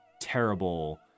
terrible